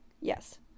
Yes